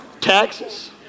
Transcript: Taxes